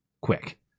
quick